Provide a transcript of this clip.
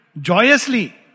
Joyously